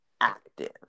active